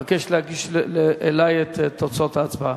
אני מבקש להגיש אלי את תוצאות ההצבעה.